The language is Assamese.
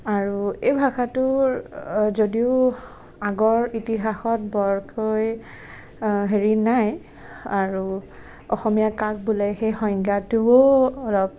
আৰু এই ভাষাটোৰ যদিও আগৰ ইতিহাসত বৰকৈ হেৰি নাই আৰু অসমীয়া কাক বোলে সেই সংজ্ঞাটোও অলপ